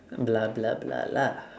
blah blah blah lah